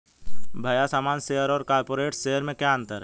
भैया सामान्य शेयर और कॉरपोरेट्स शेयर में क्या अंतर है?